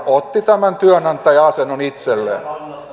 otti tämän työnantaja asennon itselleen